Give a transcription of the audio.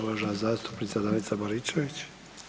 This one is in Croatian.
Uvažena zastupnica Danica Baričević.